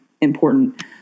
important